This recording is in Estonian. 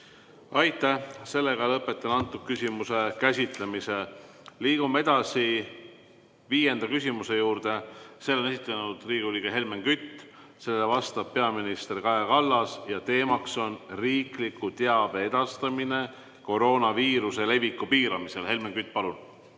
Aitäh! Lõpetan selle küsimuse käsitlemise. Liigume edasi viienda küsimuse juurde. Selle on esitanud Riigikogu liige Helmen Kütt, sellele vastab peaminister Kaja Kallas. Teema on riikliku teabe edastamine kroonviiruse leviku piiramisel. Helmen Kütt, palun!